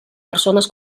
persones